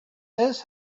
this